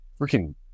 freaking